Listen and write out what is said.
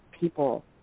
people